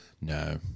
No